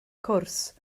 cwrs